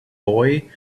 boy